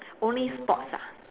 only sports ah